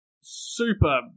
super